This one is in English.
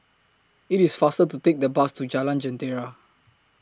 IT IS faster to Take The Bus to Jalan Jentera